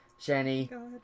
Shani